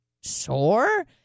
sore